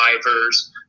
drivers